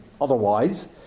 otherwise